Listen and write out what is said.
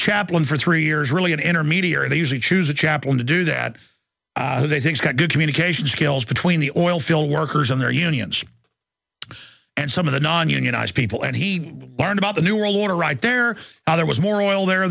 chaplain for three years really an intermediary they usually choose a chaplain to do that so they things got good communication skills between the oil field workers and their unions and some of the non unionized people and he learned about the new world order right there how there was more oil there